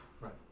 right